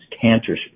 cancer